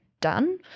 done